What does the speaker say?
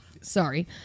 sorry